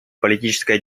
политическая